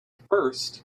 first